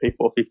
P450